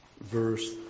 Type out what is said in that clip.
verse